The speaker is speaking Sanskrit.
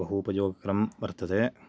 बहु उपयोगिकरं वर्तते